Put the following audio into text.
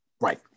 right